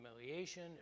humiliation